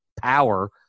power